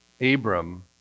Abram